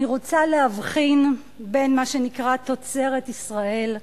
אני רוצה להבחין בין מה שנקרא "תוצרת ישראל"